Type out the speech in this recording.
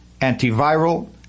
antiviral